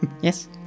Yes